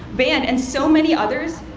band, and so many others,